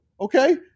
okay